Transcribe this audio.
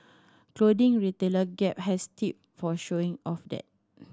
clothing retailer Gap has tip for showing off that